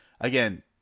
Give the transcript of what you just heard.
again